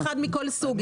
רכב אחד מכל סוג.